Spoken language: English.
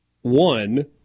one